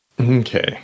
Okay